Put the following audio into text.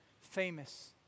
famous